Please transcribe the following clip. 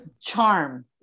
charm